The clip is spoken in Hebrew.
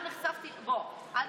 אל תגזים.